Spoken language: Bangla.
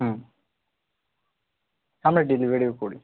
হুম হ্যাঁ আমরা ডেলিভারিও করি